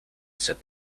said